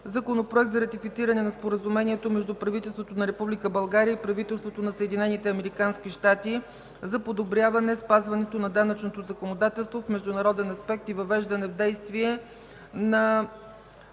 Законопроект за ратифициране на Споразумението между правителството на Република България и правителството на Съединените американски щати за подобряване спазването на данъчното законодателство в международен аспект и въвеждане в действие на